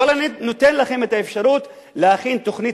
אבל אני נותן לכם את האפשרות להכין תוכנית